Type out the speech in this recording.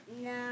No